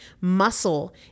Muscle